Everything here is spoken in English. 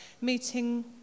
meeting